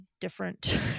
different